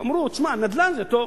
אמרו: תשמע, נדל"ן זה טוב.